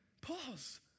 Pause